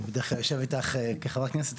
אני בדרך כלל יושב איתך כחברת כנסת.